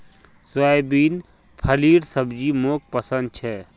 soybean फलीर सब्जी मोक पसंद छे